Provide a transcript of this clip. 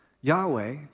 Yahweh